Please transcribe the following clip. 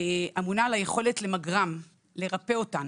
אמונה על היכולת למגרם, לרפא אותן,